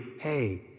Hey